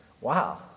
Wow